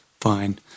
fine